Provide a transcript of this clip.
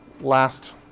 last